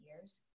years